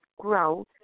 grow